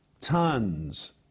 tons